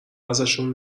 ازشون